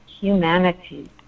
humanity